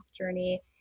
journey